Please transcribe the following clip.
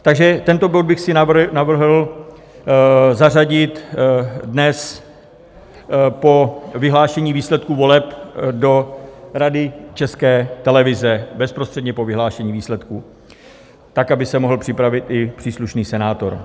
Takže tento bod bych navrhl zařadit dnes po vyhlášení výsledků voleb do Rady České televize, bezprostředně po vyhlášení výsledků tak, aby se mohl připravit i příslušný senátor.